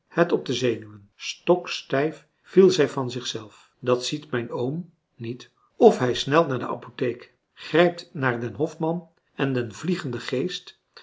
het op de zenuwen stokstijf viel zij van zichzelf dat ziet mijn oom niet of hij snelt naar de apotheek grijpt naar den hoffmann en den vliegenden geest